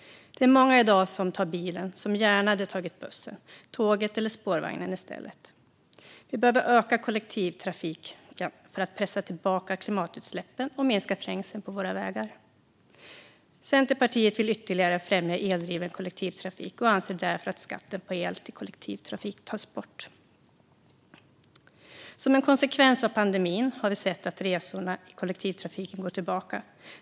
Det är många som i dag tar bilen men som gärna hade tagit bussen, tåget eller spårvagnen i stället. Vi behöver öka kollektivtrafiken för att pressa tillbaka klimatutsläppen och minska trängseln på våra vägar. Centerpartiet vill ytterligare främja eldriven kollektivtrafik och anser därför att skatten på el till kollektivtrafik ska tas bort. Som en konsekvens av pandemin har vi sett att resorna i kollektivtrafiken minskar.